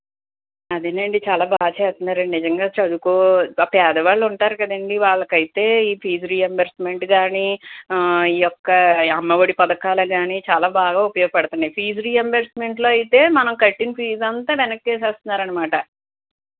అదేనండి చాలా బాగా చేస్తున్నారండి నిజంగా చదువుకో పేదవాళ్ళు ఉంటారు కాదండి వాళ్ళకైతే ఈ ఫీజు రీఎంబర్స్మెంట్ కానీ ఈ యొక్క అమ్మఒడి పథకాలు కానీ బాగా ఉపయోగపడుతున్నాయి ఫీజు రీఎంబర్స్మెంట్లో అయితే మనం కట్టిన ఫీజు అంతా వెనక్కి వేసేస్తున్నారనమాట